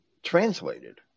translated